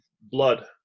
blood